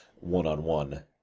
one-on-one